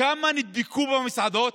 כמה נדבקו במסעדות?